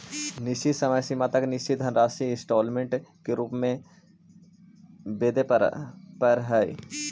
निश्चित समय सीमा तक निश्चित धनराशि इंस्टॉलमेंट के रूप में वेदे परऽ हई